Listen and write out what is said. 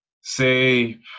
say